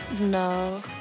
No